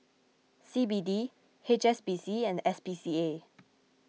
C B D H S B C and S P C A